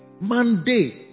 Monday